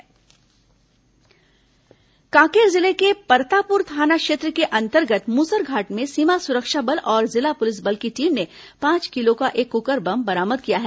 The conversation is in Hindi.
माओवादी वारदात कांकेर जिले के परतापुर थाना क्षेत्र के अंतर्गत मुसरघाट में सीमा सुरक्षा बल और जिला पुलिस बल की टीम ने पांच किलो का एक कुकर बम बरामद किया है